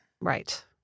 Right